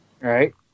right